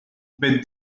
with